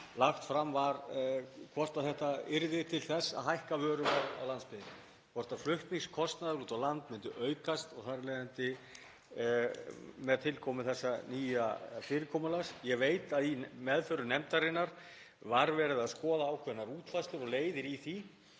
lagt fram var hvort þetta yrði til þess að hækka vöruverð á landsbyggðinni, hvort flutningskostnaður út á land myndi aukast með tilkomu þessa nýja fyrirkomulags. Ég veit að í meðförum nefndarinnar var verið að skoða ákveðnar útfærslur og leiðir í því